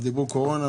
דיברו אז על קורונה,